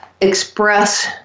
express